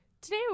Today